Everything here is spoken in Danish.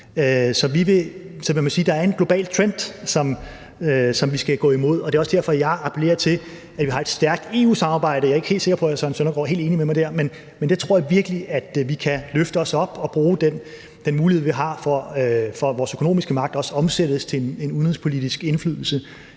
at der er en global trend, som vi skal gå imod. Det er også derfor, jeg appellerer til, at vi har et stærkt EU-samarbejde, og jeg er ikke sikker på, at hr. Søren Søndergaard er helt enig med mig dér. Men det tror jeg virkelig kan løfte os op, og så kan vi bruge den mulighed, vi har, for, at vores økonomiske magt også omsættes til en udenrigspolitisk indflydelse